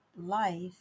life